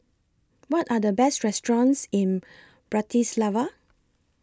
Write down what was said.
What Are The Best restaurants in Bratislava